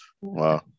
Wow